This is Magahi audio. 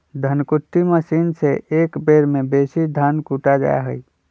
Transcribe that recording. धन कुट्टी मशीन से एक बेर में बेशी धान कुटा जा हइ